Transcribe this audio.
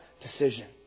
decision